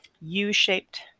u-shaped